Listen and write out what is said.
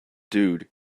dude